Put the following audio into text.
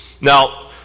Now